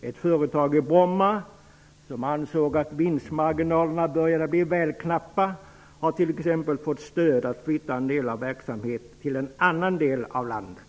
Ett företag i Bromma som ansåg att vinstmarginalerna började bli väl knappa har t.ex. fått stöd för att flytta en del av verksamheten till en annan del av landet.